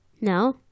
No